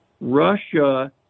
Russia